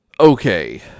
Okay